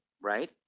right